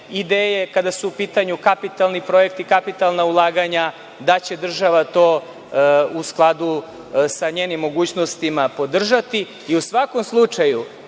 ideje kada su u pitanju kapitalni projekti, kapitalna ulaganja, da će država to u skladu sa njenim mogućnostima podržati. U svakom slučaju,